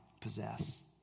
possess